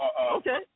Okay